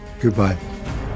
Goodbye